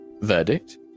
verdict